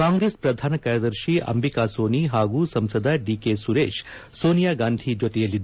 ಕಾಂಗ್ರೆಸ್ ಪ್ರಧಾನ ಕಾರ್ಯದರ್ಶಿ ಅಂಬಿಕಾ ಸೋನಿ ಹಾಗೂ ಸಂಸದ ಡಿ ಕೆ ಸುರೇಶ್ ಸೋನಿಯಾ ಗಾಂಧಿ ಜೊತೆಯಲ್ಲಿದ್ದರು